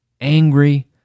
angry